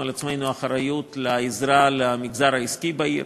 על עצמנו אחריות לעזרה למגזר העסקי בעיר.